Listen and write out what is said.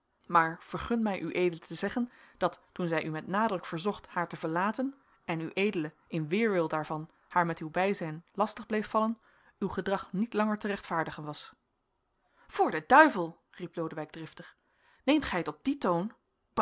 maar vergun mij ued te zeggen dat toen zij u met nadruk verzocht haar te verlaten en ued in weerwil daarvan haar met uw bijzijn lastig bleeft vallen uw gedrag niet langer te rechtvaardigen was voor den duivel riep lodewijk driftig neemt gij het op dien toon